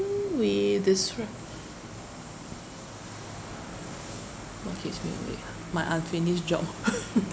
we describe what keeps me awake ah my unfinished job orh